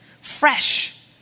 fresh